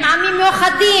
עם עמים מאוחדים,